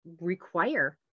require